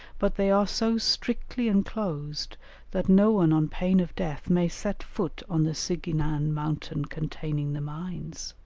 but they are so strictly enclosed that no one on pain of death may set foot on the sighinan mountain containing the mines.